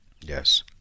Yes